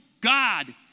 God